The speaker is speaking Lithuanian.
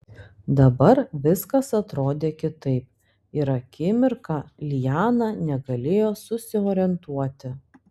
dabar viskas atrodė kitaip ir akimirką liana negalėjo susiorientuoti